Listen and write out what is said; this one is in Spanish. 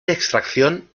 extracción